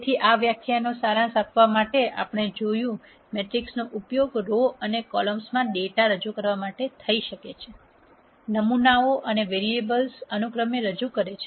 તેથી આ વ્યાખ્યાનનો સારાંશ આપવા માટે આપણે જોયું મેટ્રિક્સનો ઉપયોગ રો અને કોલમ્સ માં ડેટા રજૂ કરવા માટે થઈ શકે છે નમૂનાઓ અને વેરીએબલ્સ અનુક્રમે રજૂ કરે છે